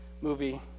movie